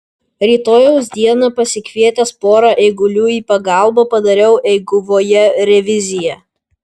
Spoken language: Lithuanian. rytojaus dieną pasikvietęs pora eigulių į pagalbą padariau eiguvoje reviziją